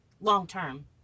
long-term